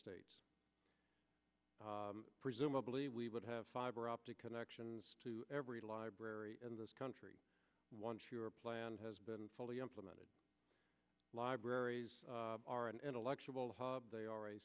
states presumably we would have fiber optic connections to every library in this country once your plan has been fully implemented libraries are an intellectual hub they are a